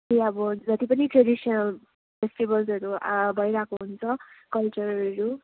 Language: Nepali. यही अब जति पनि ट्रेडिसनल फेस्टिभल्सहरू भइरहेको हुन्छ कल्चरलहरू